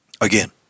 again